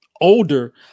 older